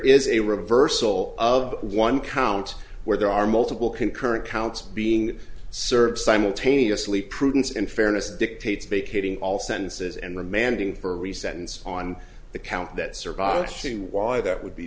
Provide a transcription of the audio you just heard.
is a reversal of one count where there are multiple concurrent counts being served simultaneously prudence and fairness dictates vacating all sentences and remanding for reasons on the count that survives to why that would be